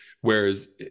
Whereas